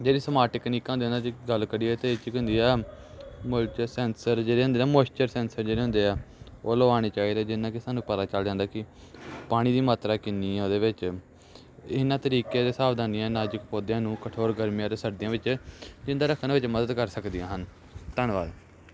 ਜਿਹੜੀ ਸਮਾਰਟ ਟਕਨੀਕਾਂ ਹੁੰਦੀਆਂ ਉਹਨਾਂ ਦੀ ਗੱਲ ਕਰੀਏ ਤਾਂ ਇਹ 'ਚ ਕੀ ਹੁੰਦੀ ਆ ਮਲਚ ਸੈਂਸਰ ਜਿਹੜੇ ਹੁੰਦੇ ਨਾ ਮੋਇਸਚਰ ਸੈਂਸਰ ਜਿਹੜੇ ਹੁੰਦੇ ਆ ਉਹ ਲਗਾਉਣੇ ਚਾਹੀਦੇ ਜਿਹਦੇ ਨਾਲ ਕਿ ਸਾਨੂੰ ਪਤਾ ਚੱਲ ਜਾਂਦਾ ਕਿ ਪਾਣੀ ਦੀ ਮਾਤਰਾ ਕਿੰਨੀ ਹੈ ਉਹਦੇ ਵਿੱਚ ਇਹਨਾਂ ਤਰੀਕੇ ਦੇ ਸਾਵਧਾਨੀਆਂ ਨਾਲ ਨਾਜ਼ੁਕ ਪੌਦਿਆਂ ਨੂੰ ਕਠੋਰ ਗਰਮੀਆਂ ਅਤੇ ਸਰਦੀਆਂ ਵਿੱਚ ਜਿੰਦਾ ਰੱਖਣ ਵਿੱਚ ਮਦਦ ਕਰ ਸਕਦੀਆਂ ਹਨ ਧੰਨਵਾਦ